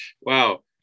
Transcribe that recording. Wow